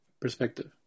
perspective